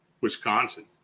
wisconsin